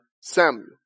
Samuel